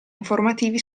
informativi